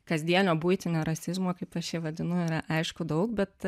kasdienio buitinio rasizmo kaip aš jį vadinu yra aišku daug bet